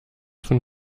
von